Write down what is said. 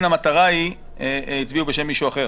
הם הצביעו בשם מישהו אחר.